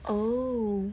oh